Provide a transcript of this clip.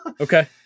Okay